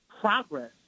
progress